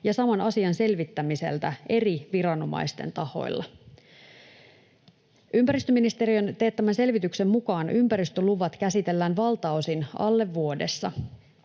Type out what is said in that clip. ja saman asian selvittämiseltä eri viranomaisten tahoilla. Ympäristöministeriön teettämän selvityksen mukaan ympäristöluvat käsitellään valtaosin alle vuodessa.